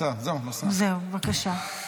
בבקשה.